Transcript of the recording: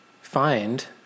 find